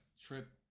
Trip